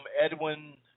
Edwin